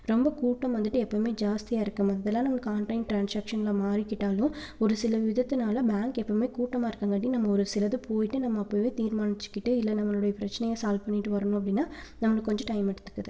ரொம்ப கூட்டம் வந்துட்டு எப்பையுமே ஜாஸ்தியாக இருக்க இதனால் நமக்கு ஆன்லைன் ட்ரான்ஸாக்ஷன்ல மாறிகிட்டாலும் ஒரு சில விதத்தினால பேங்க்கெப்பையுமே கூட்டமாக இருக்கங்காட்டி நம்ம ஒரு சிலது போய்ட்டு நம்ம அப்போவே தீர்மானிச்சிக்கிட்டு இல்லை நம்மளுடைய பிரச்சனையை சால்வ் பண்ணிட்டு வரணும் அப்படினா நம்மளுக்கு கொஞ்சம் டைம் எடுத்துக்கிது